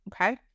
okay